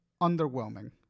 underwhelming